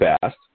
fast